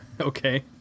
okay